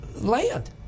land